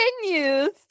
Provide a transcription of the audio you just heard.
continues